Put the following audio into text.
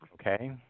okay